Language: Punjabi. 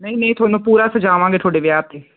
ਨਹੀਂ ਨਹੀਂ ਤੁਹਾਨੂੰ ਪੂਰਾ ਸਜਾਵਾਂਗੇ ਤੁਹਾਡੇ ਵਿਆਹ 'ਤੇ